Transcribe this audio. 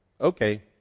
okay